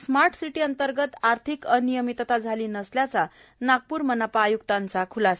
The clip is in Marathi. स्मार्ट सिटी अंतर्गत आर्थिक अनियमितता झाली नसल्याचा नागप्र मनपा आय्क्तांचा खूलासा